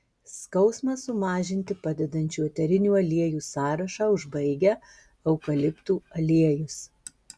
skausmą sumažinti padedančių eterinių aliejų sąrašą užbaigia eukaliptų aliejus